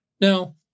Now